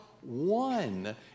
one